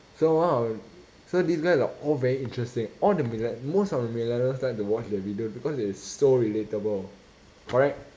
so one of so these guys are all very interesting all the mille~ most of the millennials like to watch their video because they are so relatable correct